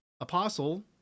apostle